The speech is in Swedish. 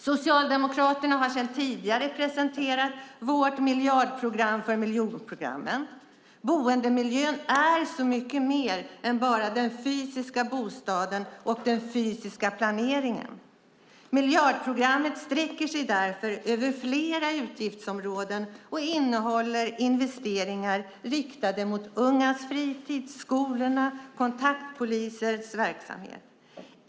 Socialdemokraterna har tidigare presenterat vårt miljardprogram för miljonprogramsområdena. Boendemiljön är så mycket mer än bara den fysiska bostaden och den fysiska planeringen. Miljardprogrammet sträcker sig därför över flera utgiftsområden och innehåller investeringar riktade mot ungas fritid, skolorna och kontaktpolisers verksamhet.